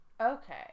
Okay